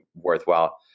worthwhile